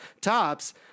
tops